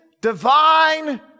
divine